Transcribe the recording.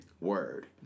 Word